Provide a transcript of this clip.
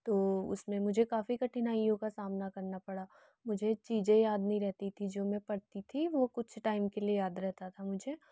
तो उसमें मुझे काफ़ी कठिनाइयों का सामना करना पड़ा मुझे चीज़ें याद नहीं रहती थी जो मैं पढ़ती थी वह कुछ टाइम के लिए याद रहता था मुझे